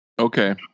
Okay